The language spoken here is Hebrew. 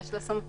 יש לה סמכות.